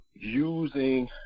using